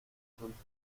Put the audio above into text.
dulce